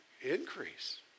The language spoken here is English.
Increase